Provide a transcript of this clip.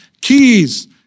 Keys